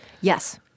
Yes